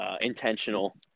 intentional